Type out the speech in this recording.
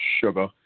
Sugar